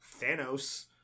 Thanos